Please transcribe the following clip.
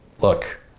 look